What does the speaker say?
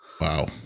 Wow